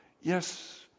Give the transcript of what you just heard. Yes